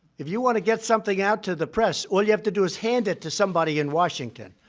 if you want to get something out to the press, all you have to do is hand it to somebody in washington.